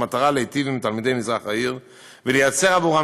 במטרה להיטיב עם תלמידי מזרח העיר ולייצר עבורם